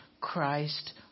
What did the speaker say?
Christ